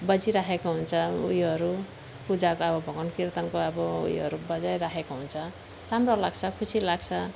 बजिराखेको हुन्छ ऊ योहरू पूजाको अब भजन कीर्तनको अब ऊ योहरू बजाइराखेको हुन्छ राम्रो लाग्छ खुसी लाग्छ